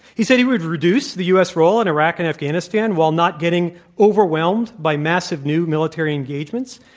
he said he would reduce the u. s. role in iraq and afghanistan while not getting overwhelmed by massive new military engagements.